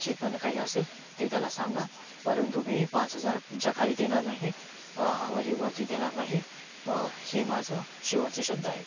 जे पण काही असेल ते त्याला सांगा परंतु मी पाच हजारच्या खाली देणार नाही हे वरती देणार नाही हे माझं शेवटचं शब्द आहे